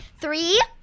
Three